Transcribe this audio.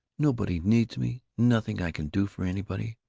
nobody needs me, nothing i can do for anybody.